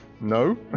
No